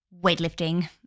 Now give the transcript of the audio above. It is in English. weightlifting